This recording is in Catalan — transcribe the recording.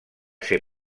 ser